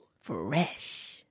Fresh